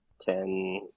ten